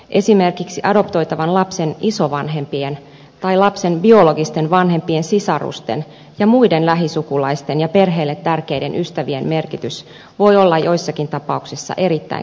esimerkiksi adoptoitavan lapsen isovanhempien tai lapsen biologisten vanhempien sisarusten ja muiden lähisukulaisten ja perheelle tärkeiden ystävien merkitys voi olla joissakin tapauksissa erittäinkin suuri